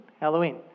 Halloween